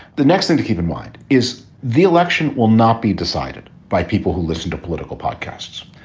the next thing to keep in mind is the election will not be decided by people who listen to political podcasts.